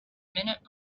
minute